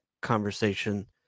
conversation